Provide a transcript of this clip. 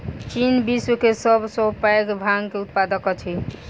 चीन विश्व के सब सॅ पैघ भांग के उत्पादक अछि